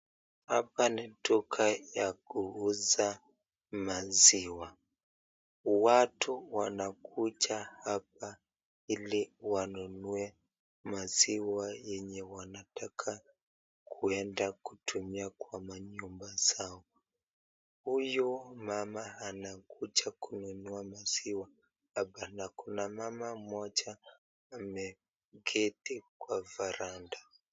Hapa ni duka ya kuuza maziwa. Watu wanakuja hapa ili wanunue maziwa yenye wanataka kwenda kutumia kwa manyumba zao. Huyu mama anakuja kununua maziwa hapa na kuna mama mmoja ameketi kwa veranda.